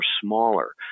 smaller